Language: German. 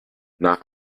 nach